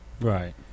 Right